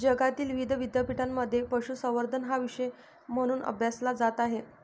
जगातील विविध विद्यापीठांमध्ये पशुसंवर्धन हा विषय म्हणून अभ्यासला जात आहे